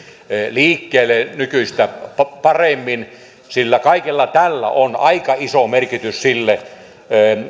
liikkeelle nykyistä paremmin sillä kaikella tällä on aika iso merkitys sille